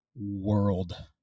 world